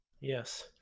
Yes